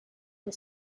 for